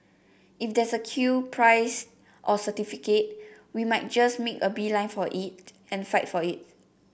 if there's a queue prize or certificate we might just make a beeline for it and fight for it